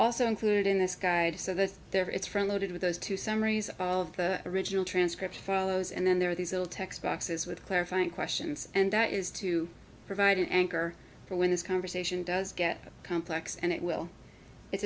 also include in this guide so that there it's front loaded with those two summaries of the original transcript follows and then there are these little text boxes with clarifying questions and that is to provide an anchor for when this conversation does get complex and it will it's